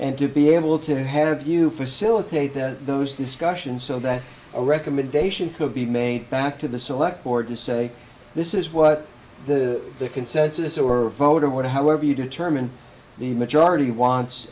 and to be able to have you facilitate that those discussions so that a recommendation could be made back to the select board to say this is what the consensus or vote or what however you determine the majority